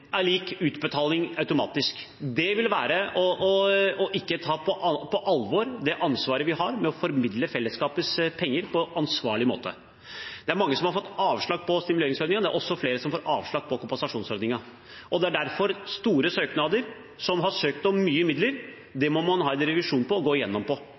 automatisk utbetaling. Det ville være å ikke ta på alvor det ansvaret vi har for å formidle fellesskapets penger på en ansvarlig måte. Det er mange som har fått avslag på stimuleringsordningen. Det er også flere som får avslag på kompensasjonsordningen. Store søknader der man har søkt om mye midler, må man derfor ha en revisjon på og gå gjennom.